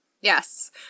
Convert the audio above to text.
Yes